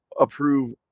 approve